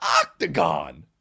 octagon